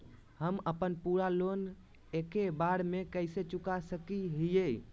हम अपन पूरा लोन एके बार में कैसे चुका सकई हियई?